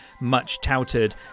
much-touted